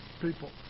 people